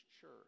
church